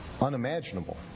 unimaginable